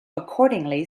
accordingly